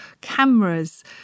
cameras